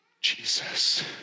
Jesus